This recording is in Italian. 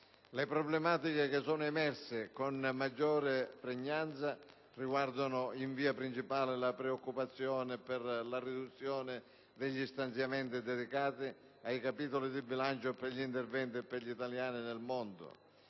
Le problematiche che sono emerse con maggiore pregnanza riguardano, principalmente, la preoccupazione per la riduzione degli stanziamenti dedicati ai capitoli di bilancio per gli interventi per gli italiani nel mondo,